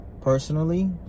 personally